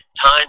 time